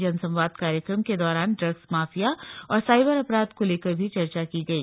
जन संवाद कार्यक्रम के दौरान ड्रग्स माफिया और साइबर अपराध को लेकर भी चर्चा की गई